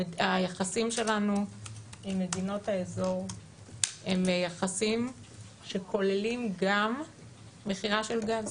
היחסים שלנו עם מדינות האזור הן יחסים שכוללים גם מכירה של גז